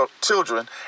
children